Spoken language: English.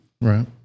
Right